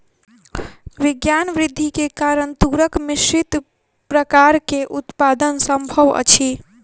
विज्ञान वृद्धि के कारण तूरक मिश्रित प्रकार के उत्पादन संभव अछि